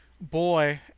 boy